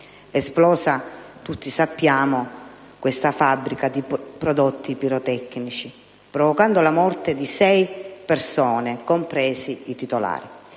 esplosa, come tutti sappiamo, una fabbrica di prodotti pirotecnici provocando la morte di sei persone, compresi i titolari.